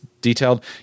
detailed